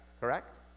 correct